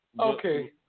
Okay